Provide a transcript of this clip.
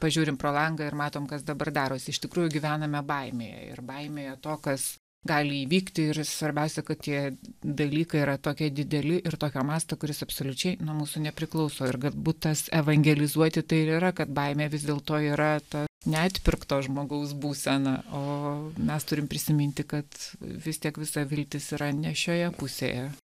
pažiūrim pro langą ir matom kas dabar darosi iš tikrųjų gyvename baimėje ir baimėje to kas gali įvykti ir svarbiausia kad tie dalykai yra tokie dideli ir tokio masto kuris absoliučiai nuo mūsų nepriklauso ir galbūt tas evangelizuoti tai ir yra kad baimė vis dėlto yra ta neatpirkto žmogaus būsena o mes turim prisiminti kad vis tiek visa viltis yra ne šioje pusėje